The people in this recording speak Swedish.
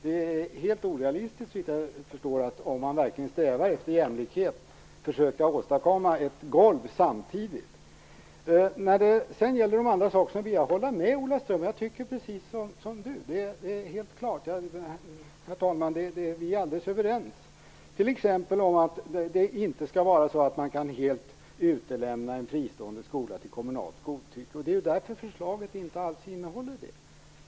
Det är helt orealistiskt såvitt jag förstår att, om man verkligen strävar efter jämlikhet, försöka åstadkomma ett golv samtidigt. Jag vill också hålla med Ola Ström; vi är alldeles överens t.ex. om att det inte skall vara så att man helt kan utelämna en fristående skola till kommunalt godtycke. Det är därför förslaget inte alls innehåller det.